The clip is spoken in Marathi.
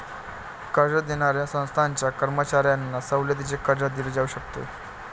कर्ज देणाऱ्या संस्थांच्या कर्मचाऱ्यांना सवलतीचे कर्ज दिले जाऊ शकते